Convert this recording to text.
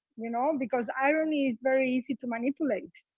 you know. because irony is very easy to manipulate.